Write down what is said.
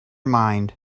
mind